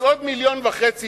אז עוד 1.5 מיליון שקל